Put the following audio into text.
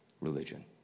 religion